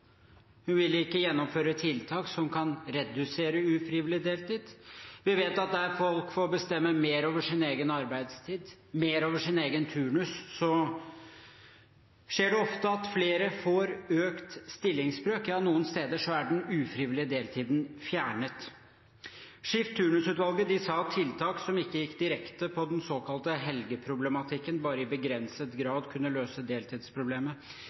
hun vil ikke gjennomføre tiltak som kan redusere ufrivillig deltid. Vi vet at der folk får bestemme mer over sin egen arbeidstid, mer over sin egen turnus, så skjer det ofte at flere får økt stillingsbrøk, ja, noen steder er den ufrivillige deltiden fjernet. Skift/turnusutvalget sa at tiltak som ikke gikk direkte på den såkalte helge-problematikken, bare i begrenset grad kunne løse deltidsproblemet.